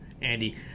Andy